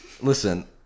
Listen